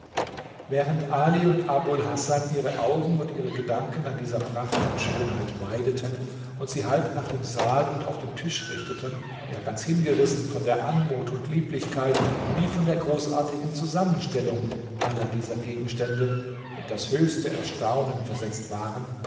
während ali und abul hasan ihre augen und ihre gedanken an dieser pracht und schönheit weideten und sie halb nach dem saal und auf den tisch richteten ja ganz hingerissen von der anmut und lieblichkeit wie von der großartigen zusammenstellung aller dieser gegenstände in das höchste erstaunen versetzt waren